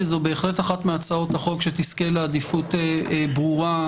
וזו בהחלט אחת מהצעות החוק שתזכה לעדיפות ברורה,